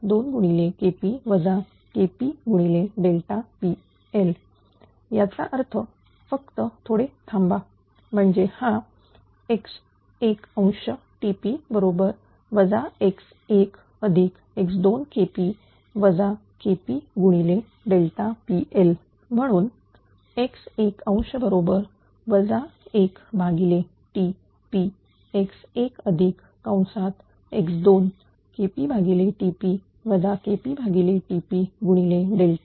TPx2 KP KP PL याचा अर्थ फक्त थोडे थांबा म्हणजेच हा x1